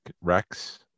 Rex